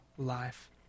life